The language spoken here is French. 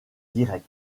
direct